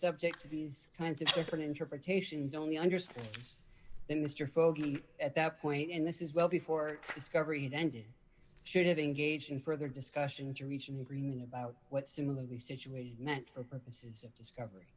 subject to these kinds of different interpretations only understood that mr fogel at that point in this is well before discovery then did should have engaged in further discussion to reach an agreement about what similarly situated meant for purposes of discovery